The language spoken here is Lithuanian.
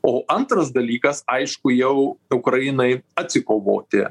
o antras dalykas aišku jau ukrainai atsikovoti